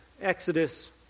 Exodus